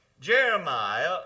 Jeremiah